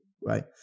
right